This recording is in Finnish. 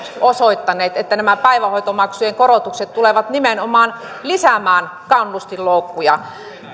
osoittaneet että nämä päivähoitomaksujen korotukset tulevat nimenomaan lisäämään kannustinloukkuja